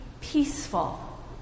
peaceful